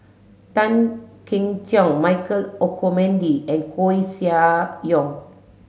Tan Keong Choon Michael Olcomendy and Koeh Sia Yong